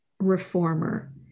reformer